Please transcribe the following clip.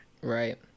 right